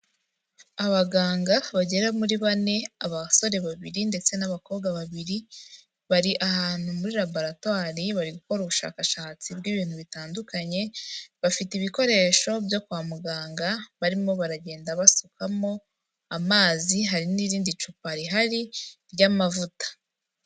Abaganga bagera muri bane, abasore babiri ndetse n'abakobwa babiri bari ahantu muri labaratwari bari gukora ubushakashatsi bw'ibintu bitandukanye bafite ibikoresho byo kwa muganga barimo baragenda basukamo amazi, hari n'irindi cupa rihari ry'amavuta.